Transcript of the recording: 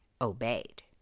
obeyed